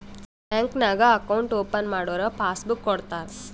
bank ನಾಗ್ account open ಮಾಡುರ್ passbook ಕೊಡ್ತಾರ